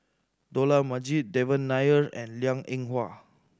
Dollah Majid Devan Nair and Liang Eng Hwa